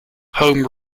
home